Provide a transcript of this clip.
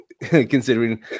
considering